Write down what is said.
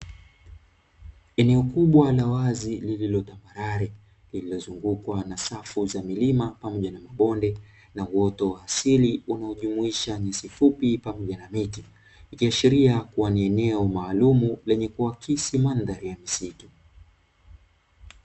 Eneo kubwa la wazi lililotambarare, lililozungukwa na safu za milima pamoja na mabonde na uoto wa asili unaojumuisha nyasi fupi pamoja na miti, ikiashiria kuwa ni eneo maalumu lenye kuakisi mandhari ya misitu.